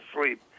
sleep